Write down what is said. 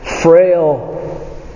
frail